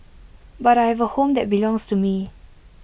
but I have A home that belongs to me